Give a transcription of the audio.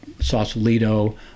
Sausalito